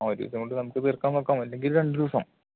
ഒരു ദിവസം കൊണ്ട് നമുക്ക് തീർക്കാൻ നോക്കാം അല്ലെങ്കിൽ രണ്ട് ദിവസം